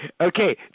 Okay